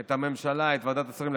את הממשלה, את ועדת השרים לחקיקה,